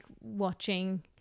watching